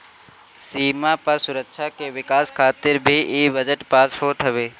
सीमा पअ सुरक्षा के विकास खातिर भी इ बजट पास होत हवे